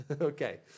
Okay